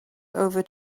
over